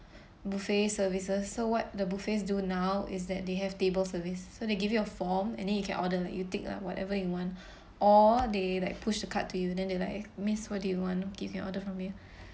buffet services so what the buffets do now is that they have table service so they give you a form and then you can order like you take ah whatever you want or they like push the cart to you and then they like eh miss what do you want we give your order from here